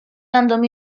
għandhom